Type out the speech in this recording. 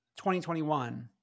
2021